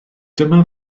dyma